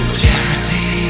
charity